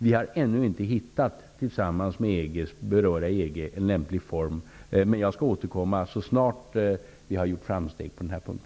Vi har ännu inte, tillsammans med EG, hittat en lämplig form. Jag skall återkomma så snart vi har gjort framsteg på denna punkt.